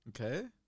Okay